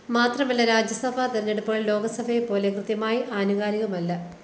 മാത്രമല്ല രാജ്യസഭാ തെരഞ്ഞെടുപ്പുകൾ ലോക്സഭയെപ്പോലെ കൃത്യമായി ആനുകാലികമല്ല